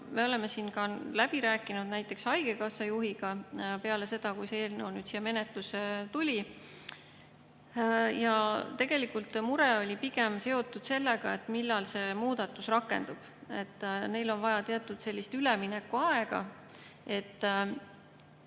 Me oleme läbi rääkinud näiteks haigekassa juhiga peale seda, kui see eelnõu siia menetlusse tuli. Tegelikult mure oli pigem seotud sellega, millal see muudatus rakendub. Neil on vaja teatud üleminekuaega,